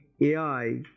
AI